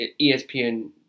ESPN